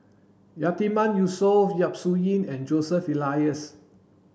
Yatiman Yusof Yap Su Yin and Joseph Elias